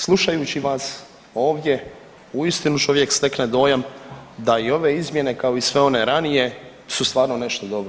Slušajući vas ovdje uistinu čovjek stekne dojam da i ove izmjene kao i sve one ranije su stvarno nešto dobro.